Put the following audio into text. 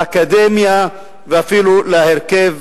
האקדמיה, ואפילו ההרכב